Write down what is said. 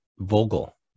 Vogel